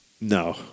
No